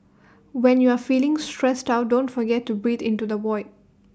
when you are feeling stressed out don't forget to breathe into the void